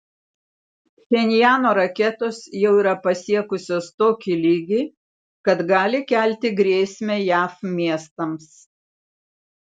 pchenjano raketos jau yra pasiekusios tokį lygį kad gali kelti grėsmę jav miestams